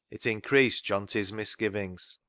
it increased johnty's misgivings.